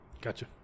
Gotcha